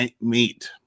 meet